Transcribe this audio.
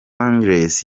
angeles